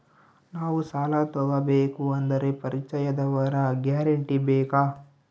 ನಾವು ಸಾಲ ತೋಗಬೇಕು ಅಂದರೆ ಪರಿಚಯದವರ ಗ್ಯಾರಂಟಿ ಬೇಕಾ?